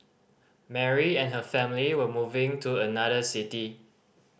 Mary and her family were moving to another city